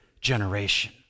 generation